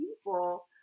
people